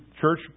church